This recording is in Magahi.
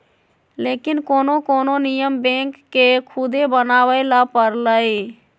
लेकिन कोनो कोनो नियम बैंक के खुदे बनावे ला परलई